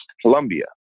Colombia